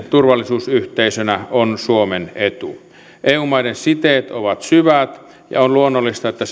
turvallisuusyhteisönä on suomen etu eu maiden siteet ovat syvät ja on luonnollista että